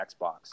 Xbox